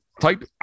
type